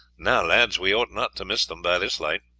now, lads, we ought not to miss them by this light.